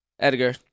Edgar